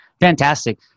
fantastic